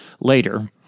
later